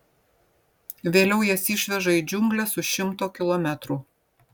vėliau jas išveža į džiungles už šimto kilometrų